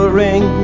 ring